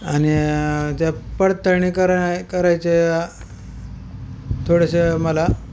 आणि त्या पडताळणी कराय करायचे थोडेसे मला